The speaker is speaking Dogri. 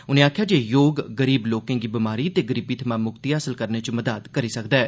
उनें आखेआ जे योग गरीब लोकें गी बमारी ते गरीबी थमां मुक्ति हासल करने च मदाद करी सकदा ऐ